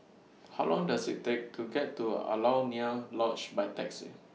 How Long Does IT Take to get to Alaunia Lodge By Taxi